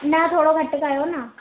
न थोरो घटि कयो ना